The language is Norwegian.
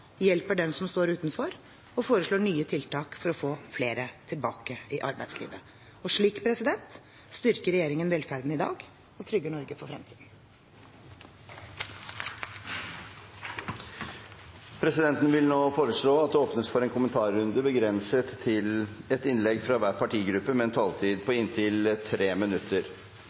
hjelper dem som står utenfor, og foreslår nye tiltak for å få flere tilbake i arbeidslivet. Slik styrker regjeringen velferden i dag og trygger Norge for fremtiden. Presidenten vil foreslå at det åpnes for en kommentarrunde, begrenset til ett innlegg fra hver partigruppe, med en taletid på inntil 3 minutter.